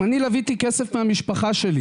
אם אני לוויתי כסף מהמשפחה שלי